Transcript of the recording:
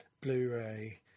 Blu-ray